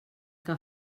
que